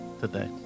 today